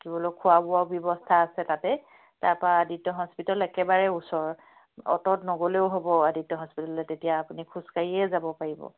থাকিবলৈ খোৱা বোৱাও ব্যৱস্থা আছে তাতেই তাৰপৰা আদিত্য হস্পিটেল একেবাৰে ওচৰ অ'টত নগ'লেও হ'ব আদিত্য হস্পিটাললৈ তেতিয়া আপুনি খোজকাঢ়িয়ে যাব পাৰিব